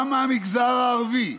גם מהמגזר הערבי.